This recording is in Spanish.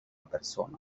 persona